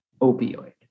opioid